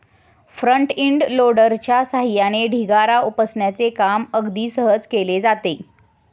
front end लोडरच्या सहाय्याने ढिगारा उपसण्याचे काम अगदी सहज केले जाते